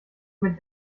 mir